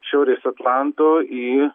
šiaurės atlanto į